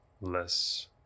less